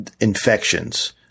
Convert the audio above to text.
Infections